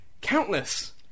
Countless